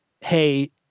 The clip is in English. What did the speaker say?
hey